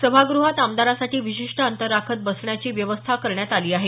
सभाग्रहात आमदारांसाठी विशिष्ट अंतर राखत बसण्याची व्यवस्था करण्यात आली आहे